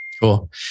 cool